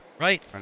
Right